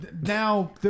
now